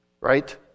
right